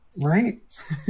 Right